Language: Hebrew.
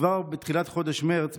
וכבר בתחילת חודש מרץ,